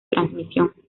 transmisión